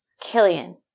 Killian